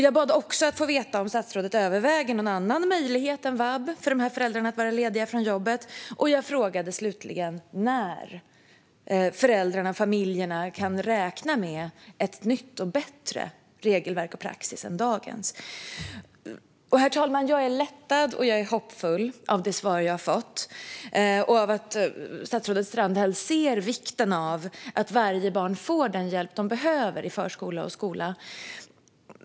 Jag bad också att få veta om statsrådet överväger någon annan möjlighet att vara lediga från jobbet än vab för de här föräldrarna. Jag frågade slutligen när föräldrarna och familjerna kan räkna med ett nytt regelverk och ny praxis vilka är bättre än dagens. Herr talman! Jag är lättad och hoppfull över det svar jag fått - statsrådet Strandhäll ser vikten av att varje barn får den hjälp det behöver i förskola och skola.